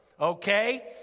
okay